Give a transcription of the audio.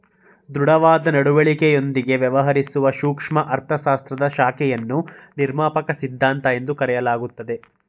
ದೃಢವಾದ ನಡವಳಿಕೆಯೊಂದಿಗೆ ವ್ಯವಹರಿಸುವ ಸೂಕ್ಷ್ಮ ಅರ್ಥಶಾಸ್ತ್ರದ ಶಾಖೆಯನ್ನು ನಿರ್ಮಾಪಕ ಸಿದ್ಧಾಂತ ಎಂದು ಕರೆಯಲಾಗುತ್ತದೆ